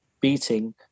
beating